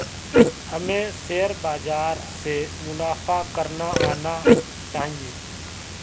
हमें शेयर बाजार से मुनाफा करना आना चाहिए